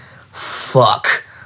fuck